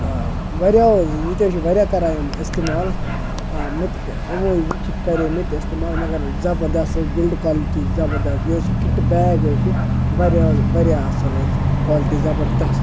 آ واریاہو حظ ییٚتہِ حظ چھِ واریاہ کَران یِم اِستعمال مےٚ تہِ یِموٕے وٕچھِتھ کَرے مےٚ تہِ اِستعمال مگر زَبردَس حظ بِلڈ کالٹی زَبَردَس بیٚیہِ حظ چھِ کِٹہٕ بیگ حظ چھِ واریاہ حظ واریاہ اَصٕل حظ کالٹی زَبَردَس